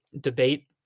debate